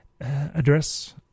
address